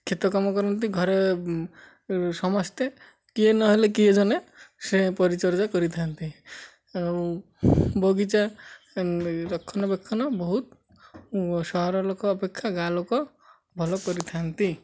କ୍ଷେତ କାମ କରନ୍ତି ଘରେ ସମସ୍ତେ କିଏ ନହେଲେ କିଏ ଜଣେ ସେ ପରିଚର୍ଜା କରିଥାନ୍ତି ଆଉ ବଗିଚା ରକ୍ଷଣ ବେକ୍ଷଣ ବହୁତ ସହର ଲୋକ ଅପେକ୍ଷା ଗାଁ ଲୋକ ଭଲ କରିଥାନ୍ତି